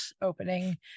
opening